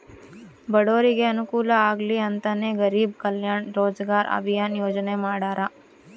ಬಡೂರಿಗೆ ಅನುಕೂಲ ಆಗ್ಲಿ ಅಂತನೇ ಗರೀಬ್ ಕಲ್ಯಾಣ್ ರೋಜಗಾರ್ ಅಭಿಯನ್ ಯೋಜನೆ ಮಾಡಾರ